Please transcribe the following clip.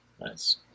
Nice